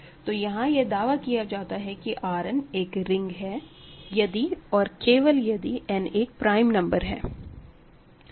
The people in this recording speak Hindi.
तो यहां यह दावा किया जाता है कि R n एक रिंग यदि और केवल यदि n एक प्राइम नंबर है